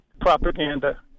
propaganda